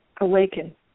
Awaken